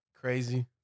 Crazy